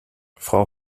frau